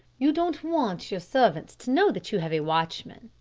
you don't want your servants to know that you have a watchman.